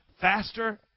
faster